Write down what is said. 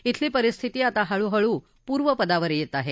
इथली परिस्थिती आता हळूहळू पूर्वपदावर येत हे